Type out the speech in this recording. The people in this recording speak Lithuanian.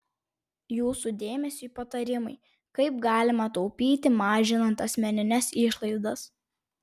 jūsų dėmesiui patarimai kaip galima taupyti mažinant asmenines išlaidas